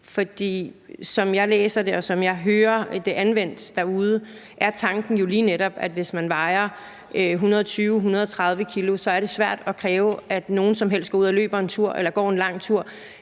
For som jeg læser det, og som jeg hører at det bliver anvendt derude, så er tanken jo lige netop, at hvis nogen vejer 120, 130 kg, er det svært at kræve af dem, at de løber en tur,